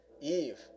Eve